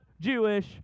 Jewish